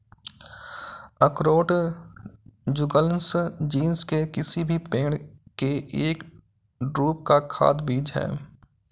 अखरोट Juglans genus के किसी भी पेड़ के एक ड्रूप का खाद्य बीज है